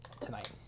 tonight